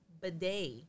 bidet